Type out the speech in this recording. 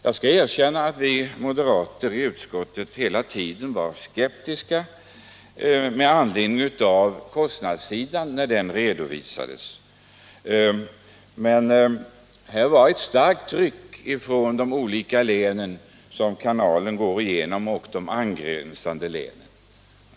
Jag skall erkänna att vi moderater i utskottet hela tiden var skeptiska med anledning av kostnadssidan när den redovisades - men det var ett starkt tryck från de olika län som kanalen går igenom och de angränsande länen.